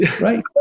right